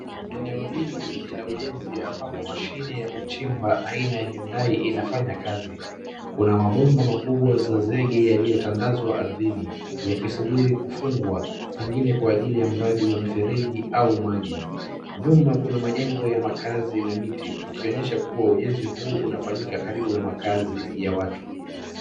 Eneo hili ni la ujenzi ambapo mashini ya kuchimba aina ya hyundai inafanya kazi, kuna mabomba makubwa za zege yaliyotandazwa ardhini, yakisubiri kufungwa, pengine kwa ajili ya mradi wa mifereji au maji. Nyuma kuna majengo ya makazi na miti, ikionyesha kuwa ujenzi huu unafanyika karibu na makazi ya watu.